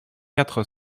quatre